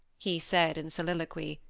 he said in soliloquy,